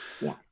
Yes